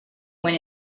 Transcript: when